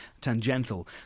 tangential